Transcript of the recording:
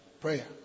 prayer